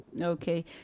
Okay